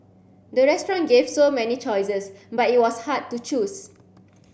the restaurant gave so many choices but it was hard to choose